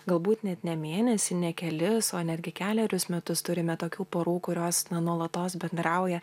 galbūt net ne mėnesį ne kelis o netgi kelerius metus turime tokių porų kurios na nuolatos bendrauja